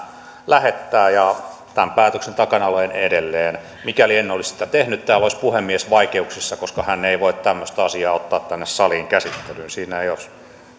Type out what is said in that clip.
lähettää ja tämän päätöksen takana olen edelleen mikäli en olisi sitä tehnyt täällä olisi puhemies vaikeuksissa koska hän ei voi tämmöistä asiaa ottaa tänne saliin käsittelyyn siinä ei ole